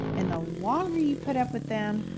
and the longer you put up with them,